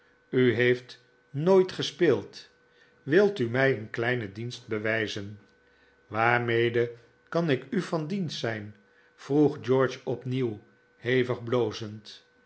u heeft nooit gespeeld wilt u mij een kleinen dienst bewijzen waarmede kan ik u van dienst zijn vroeg george opnieuw hevig blozend